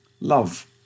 love